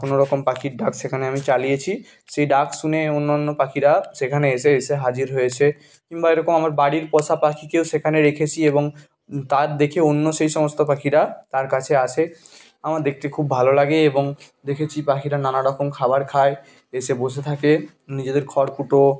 কোনো রকম পাখির ডাক সেকানে আমি চালিয়েছি সেই ডাক শুনে অন্যান্য পাখিরা সেখানে এসে এসে হাজির হয়েছে কিংবা এরকম আমার বাড়ির পোষা পাখিকেও সেখানে রেখেছি এবং তার দেখে অন্য সেই সমস্ত পাখিরা তার কাছে আসে আমার দেখতে খুব ভালো লাগে এবং দেখেছি পাখিরা নানারকম খাবার খায় এসে বসে থাকে নিজেদের খড়কুটো